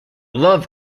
love